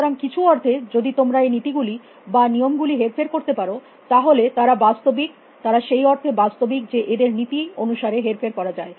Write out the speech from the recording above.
সুতরাং কিছু অর্থে যদি তোমরা এই নীতি গুলি বা নিয়ম গুলি হেরফের করতে পারো তাহলে তারা বাস্তবিক তারা সেই অর্থে বাস্তবিক যে এদের নীতি অনুসারে হেরফের করা যায়